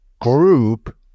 group